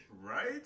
Right